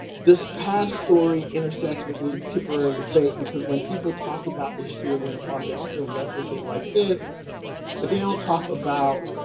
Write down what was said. this past story intersects with the contemporary debate because when people talk about the history of winter park they often reference it like this but they don't talk about,